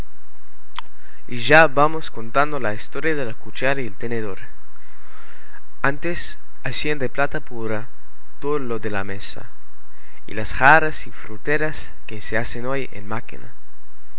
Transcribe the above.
y ya vamos contando la historia de la cuchara y el tenedor antes hacían de plata pura todo lo de la mesa y las jarras y fruteras que se hacen hoy en máquina